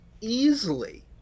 easily